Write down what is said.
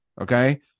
Okay